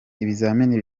ibizamini